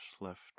Left